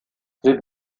sie